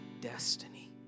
destiny